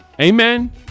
Amen